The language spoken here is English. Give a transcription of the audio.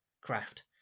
craft